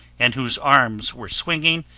and whose arms were swinging,